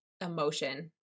emotion